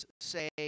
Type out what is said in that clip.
say